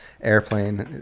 airplane